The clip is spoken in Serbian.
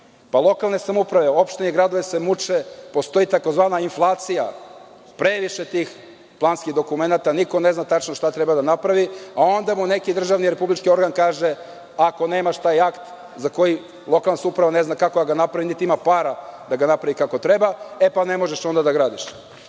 Lokalne samouprave, opštine i gradovi se muče jer postoji tzv. inflacija, previše tih planskih dokumenata, a niko ne zna šta zapravo treba da napravi, a onda mu neki državni republički organ kaže – ako nemaš taj akt, za koji lokalna samouprava ne zna kako da ga napravi niti ima para da ga napravi kako treba, onda ne možeš da gradiš.Zašto